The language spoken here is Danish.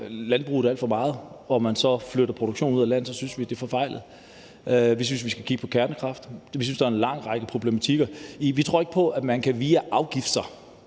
landbruget alt for meget og man så flytter produktionen ud af landet, så synes vi, det er forfejlet. Vi synes, vi skal kigge på kernekraften. Vi synes, der er en lang række problematikker. Vi tror ikke på, at man via afgifter